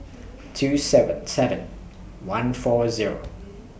two seven seven one four Zero